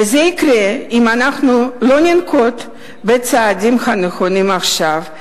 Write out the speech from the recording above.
וזה יקרה אם אנחנו לא ננקוט את הצעדים הנכונים עכשיו.